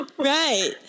Right